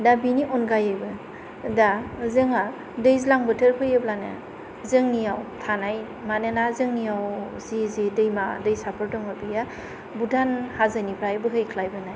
दा बेनि अनगायैबो दा जोंहा दैज्लां बोथोर फैयोब्लानो जोंनिआव थानाय मानोना जोंनियाव जे जे दैमा दैसा फोर दङ बियो भुटान हाजोनिफ्राय बोहैख्लायबोनाय